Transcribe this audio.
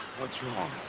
what's wrong?